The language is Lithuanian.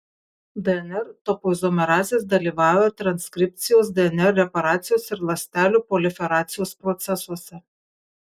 dnr topoizomerazės dalyvauja transkripcijos dnr reparacijos ir ląstelių proliferacijos procesuose